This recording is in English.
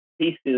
pieces